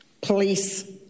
police